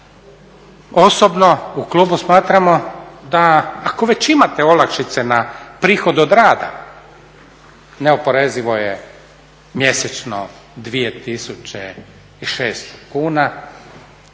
Osobno u klubu smatramo da ako već imate olakšice na prihod od rada, neoporezivo je mjesečno 2600 kuna,